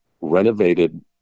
renovated